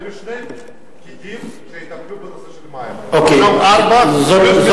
היו שני פקידים שטיפלו בנושא של מים ופתאום ארבעה פלוס מנהל,